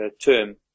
term